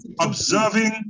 observing